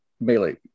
melee